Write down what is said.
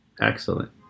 Excellent